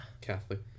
catholic